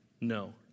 No